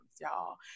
y'all